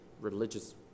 religious